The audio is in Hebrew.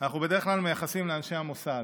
בדרך כלל אנחנו מייחסים לאנשי המוסד,